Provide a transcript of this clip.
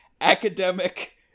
academic